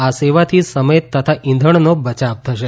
આ સેવાથી સમય તથા ઇંધણનો બચાવ થશે